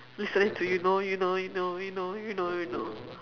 listening to you know you know you know you know you know